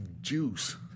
juice